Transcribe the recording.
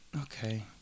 Okay